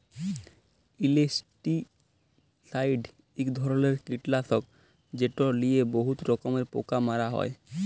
insecticide ইক ধরলের কিটলাসক যেট লিয়ে বহুত রকমের পোকা মারা হ্যয়